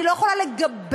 אני לא יכולה לגבש